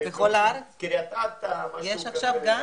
קריית אתא, משהו כזה.